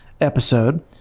episode